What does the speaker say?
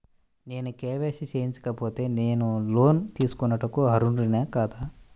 నేను కే.వై.సి చేయించుకోకపోతే నేను లోన్ తీసుకొనుటకు అర్హుడని కాదా?